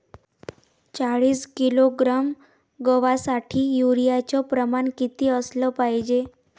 चाळीस किलोग्रॅम गवासाठी यूरिया च प्रमान किती असलं पायजे?